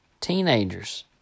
teenagers